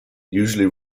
usually